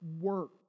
work